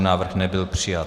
Návrh nebyl přijat.